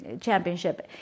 championship